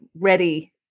ready